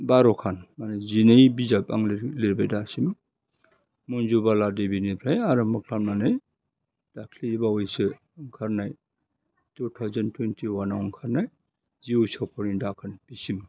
बार'खान माने जिनै बिजाब आं लिर लिरबाय दासिम मन्जुबाला देबिनिफ्राय आराम्ब खालामनानै दाख्लै बावैसो ओंखारनाय थुथावजेन्ड थुइनथि अवान आव ओंखारनाय जिउ सफरनि दाखोनदिसिम